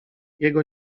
jego